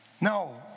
no